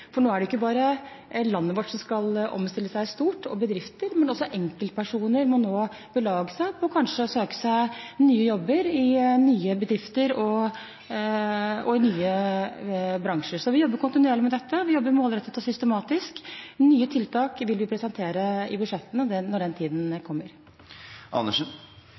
Nå er det ikke bare landet vårt og bedrifter som skal omstille seg i stort, også enkeltpersoner må belage seg på kanskje å søke seg nye jobber i nye bedrifter og i nye bransjer. Vi jobber kontinuerlig med dette. Vi jobber målrettet og systematisk. Nye tiltak vil vi presentere i budsjettene, når den tiden